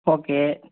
okay